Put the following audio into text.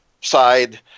side